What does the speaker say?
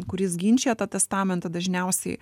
kuris ginčija tą testamentą dažniausiai